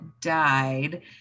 died